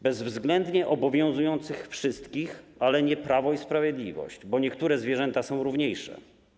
Bezwzględnie obowiązujący wszystkich, ale nie Prawo i Sprawiedliwość, bo niektóre zwierzęta są równiejsze.